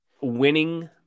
winning